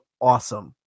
awesome